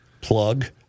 plug